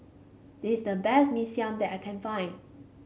this is the best Mee Siam that I can find